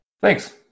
Thanks